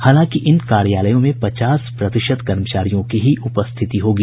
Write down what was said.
हालांकि इन कार्यालयों में पचास प्रतिशत कर्मचारियों की ही उपस्थिति होगी